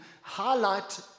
highlight